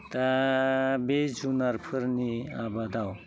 दा बे जुनारफोरनि आबादाव